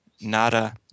nada